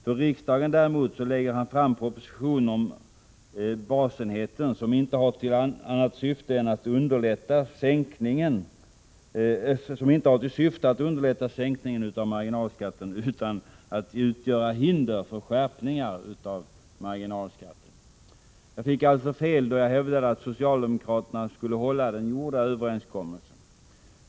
För riksdagen däremot lägger han fram en proposition om basenheten som inte har till syfte att underlätta sänkningen «av marginalskatten, utan att utgöra hinder för skärpningar av marginalskatten. Jag fick alltså fel då jag hävdade att socialdemokraterna skulle hålla den gjorda överenskommelsen.